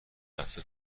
رفته